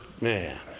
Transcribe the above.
man